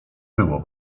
było